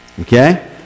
Okay